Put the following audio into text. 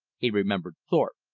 he remembered thorpe.